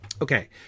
okay